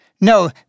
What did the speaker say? No